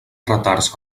retards